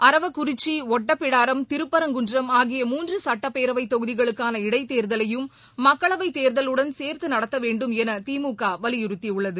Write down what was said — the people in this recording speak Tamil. அரவக்குறிச்சி ஒட்டாபிராடம் திருப்பரங்குன்றம் ஆகிய தொகுதிகளுக்கான இடைத்தேர்தலையும் மக்களவை தேர்தலுடன் சேர்த்து நடத்த வேண்டும் என திமுக வலியுறுத்தியுள்ளது